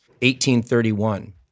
1831